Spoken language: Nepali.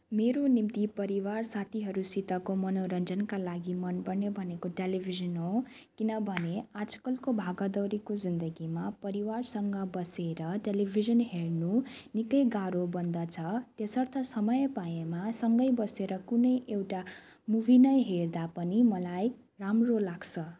मेरो निम्ति परिवार साथीहरूसितको मनोरञ्जनका लागि मन पर्ने भनेको टेलिभिजन हो किनभने आजकलको भागदौडको जिन्दगीमा परिवारसँग बसेर टेलिभिजन हेर्नु निकै गाह्रो बन्दछ त्यसर्थ समय पाएमा सँगै बसेर कुनै एउटा मुभी नै हेर्दा पनि मलाई राम्रो लाग्छ